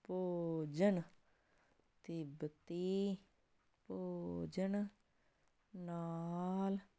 ਭੋਜਨ ਤਿੱਬਤੀ ਭੋਜਨ ਨਾਲ